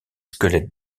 squelettes